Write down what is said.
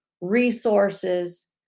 resources